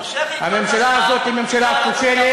אתה מושך אתו זמן, הממשלה הזאת היא ממשלה כושלת.